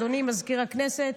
אדוני מזכיר הכנסת,